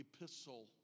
epistle